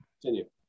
Continue